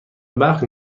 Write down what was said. برق